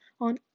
on